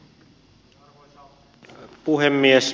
arvoisa puhemies